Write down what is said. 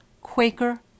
Quaker